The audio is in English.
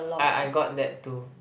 I I got that too